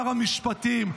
שר המשפטים,